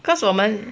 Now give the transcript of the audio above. because 我们